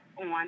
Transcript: on